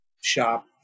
shop